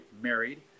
married